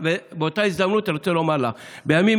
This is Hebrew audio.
באותה הזדמנות אני רוצה לומר לך שבימים